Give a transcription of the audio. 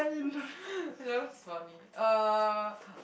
that was funny uh